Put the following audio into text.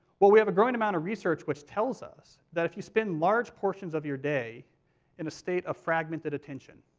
we have a growing amount of research which tells us that if you spend large portions of your day in a state of fragmented attention